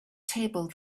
table